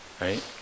right